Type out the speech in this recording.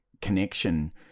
connection